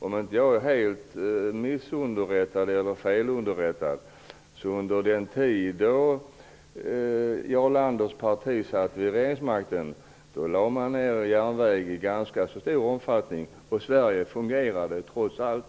Om inte jag är felunderrättad lade man under den tid som Jarl Landers parti satt vid regeringsmakten ner järnväg i ganska stor omfattning. Sverige fungerade trots allt.